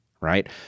right